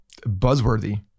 buzzworthy